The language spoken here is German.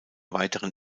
weiteren